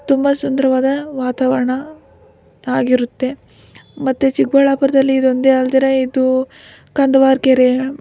ತುಂಬ ಸುಂದರವಾದ ವಾತಾವರಣ ಆಗಿರುತ್ತೆ ಮತ್ತು ಚಿಕ್ಕಬಳ್ಳಾಪುರದಲ್ಲಿ ಇದೊಂದೇ ಅಲ್ದಿರ ಇದು ಕಂದ್ವಾರ ಕೆರೆ